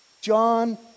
John